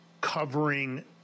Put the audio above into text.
covering